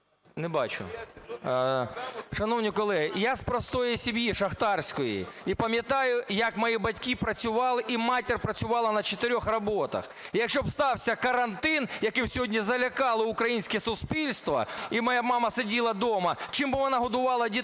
Не бачу. Шановні колеги, я з простої сім'ї шахтарської. І пам'ятаю, як мої батьки працювали, і матір працювала на чотирьох роботах. І якщо б стався карантин, яким сьогодні залякали українське суспільство, і моя мама сиділа б дома, чим би вона годувала дітей?